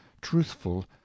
truthful